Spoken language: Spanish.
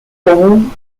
común